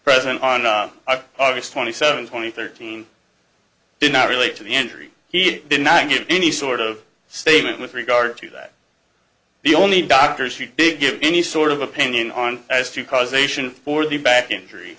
present on august twenty seventh twenty thirteen did not relate to the entry he did not give any sort of statement with regard to that the only doctors you give any sort of opinion on as to causation for the back injury